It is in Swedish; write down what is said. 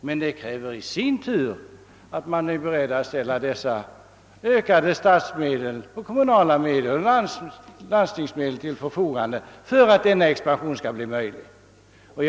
Men denna expansion kräver i sin tur att ökade statsmedel, ökade kommunala medel och ökade landstingsmedel ställs till förfogande.